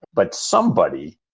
but somebody,